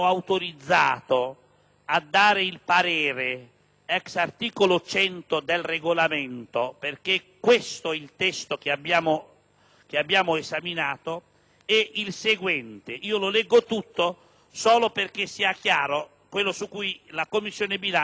esprimere il parere, *ex* articolo 100 del Regolamento, perché questo è il testo che abbiamo esaminato, è il seguente (lo leggo per intero solo perché sia chiaro quello su cui la Commissione bilancio ha discusso):